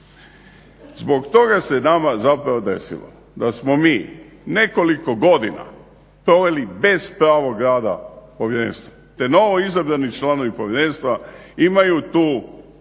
Zbog toga se nama zapravo desilo da smo mi nekoliko godina proveli bez pravog rada povjerenstva te novo izabrani članovi povjerenstva imaju tu opterećenje